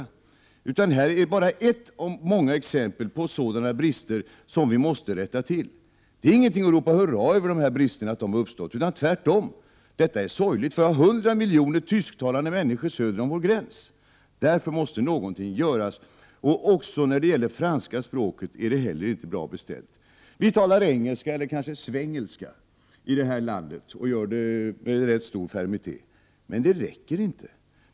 Om rekryteringen till Det här är bara ett av många exempel på sådana brister som vi måste rätta till. högre utbildning Att de här bristerna har uppstått är ingenting att ropa hurra över — tvärtom. Vi har 100 miljoner tysktalande människor söder om vår gräns. Därför måste någonting göras. Det är inte heller bra beställt när det gäller franska språket. Vi talar här i landet engelska eller kanske svengelska, och gör det med rätt stor fermitet. Men det räcker inte.